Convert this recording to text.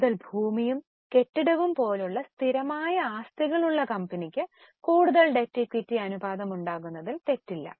കൂടുതൽ ഭൂമിയും കെട്ടിടവും പോലുള്ള സ്ഥിരമായ ആസ്തികളുള്ള കമ്പനിക്ക് കൂടുതൽ ഡെറ്റ് ഇക്വിറ്റി അനുപാതമുണ്ടാകുന്നതിൽ തെറ്റില്ല